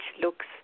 looks